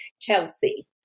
Chelsea